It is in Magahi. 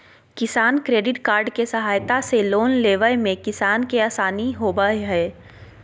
किसान क्रेडिट कार्ड के सहायता से लोन लेवय मे किसान के आसानी होबय हय